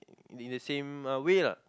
in the same way lah